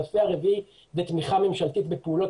הנושא הרביעי הוא תמיכה ממשלתית בפעולות